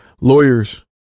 lawyers